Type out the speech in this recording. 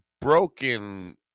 broken